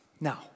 Now